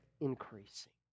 increasing